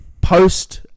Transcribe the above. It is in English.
post